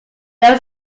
there